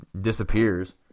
disappears